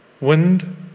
wind